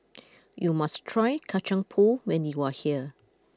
you must try Kacang Pool when you are here